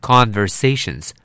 Conversations